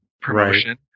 promotion